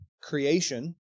creation